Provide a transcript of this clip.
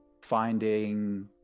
Finding